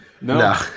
no